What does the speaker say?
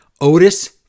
Otis